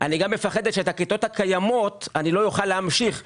אני גם מפחדת שאת הכיתות הקיימות אני לא אוכל להמשיך ולקיים,